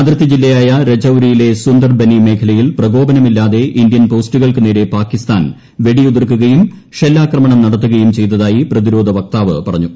അതിർത്തി ജില്ലയായ്ക്കുള്ളതിയിലെ സുന്ദർബെനി മേഖലയിൽ പ്രകോപനമില്ലാതെ ഇന്ത്യൻ ക്ട്രിസ്റ്റുകൾക്ക് നേരെ പാകിസ്ഥാൻ വെടി ഉതിർക്കുകയും ഷെല്ലാക്രമണം നടത്തുകയും ചെയ്തതായി പ്രതിരോധ വക്താവ് പറഞ്ഞു